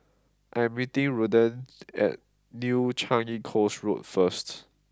I am meeting Ruthanne at New Changi Coast Road first